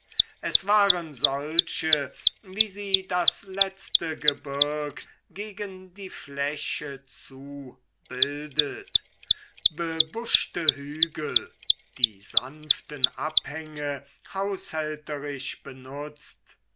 es waren solche wie sie das letzte gebirg gegen die fläche zu bildet bebuschte hügel die sanften abhänge haushälterisch benutzt